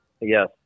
Yes